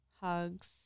Hugs